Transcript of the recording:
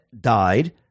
died